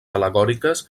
al·legòriques